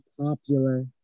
popular